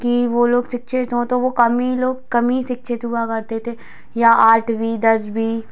कि वो लोग शिक्षित हों तो वो कम ही लोग कम ही शिक्षित हुआ करते हैं या आठ भी दस भी